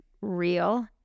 real